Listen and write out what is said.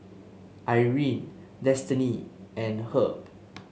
Irene Destiney and Herb